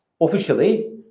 officially